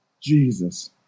Jesus